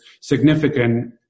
significant